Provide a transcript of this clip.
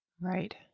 Right